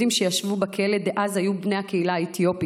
שישבו בכלא דאז היו בני הקהילה האתיופית.